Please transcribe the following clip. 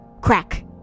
Crack